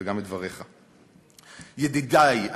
וגם את דבריך: "ידידי,